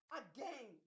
again